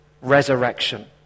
resurrection